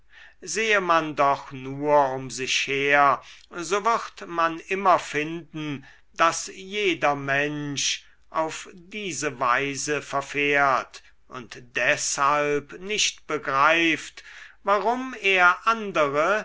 sehe man doch nur um sich her so wird man immer finden daß jeder mensch auf diese weise verfährt und deshalb nicht begreift warum er andere